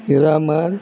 Miramar